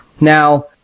Now